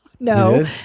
No